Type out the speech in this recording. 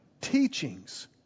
teachings